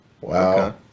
Wow